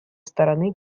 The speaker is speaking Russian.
стороны